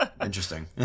Interesting